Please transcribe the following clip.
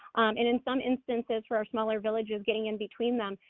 in in some instances, for our smaller villages, getting in between them,